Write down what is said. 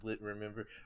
remember